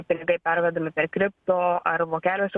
pinigai pervedami per kripto ar vokeliuose